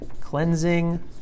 Cleansing